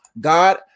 God